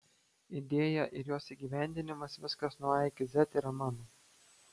idėja ir jos įgyvendinimas viskas nuo a iki z yra mano